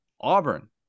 Auburn